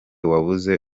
wabuze